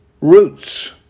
roots